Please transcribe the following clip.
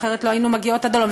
אחרת לא היינו מגיעות עד הלום.